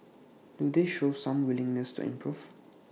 do they show some willingness to improve